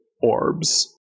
orbs